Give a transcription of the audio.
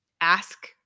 ask